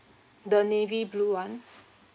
the navy blue one